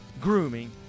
grooming